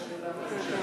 יש כאן הערת ביניים.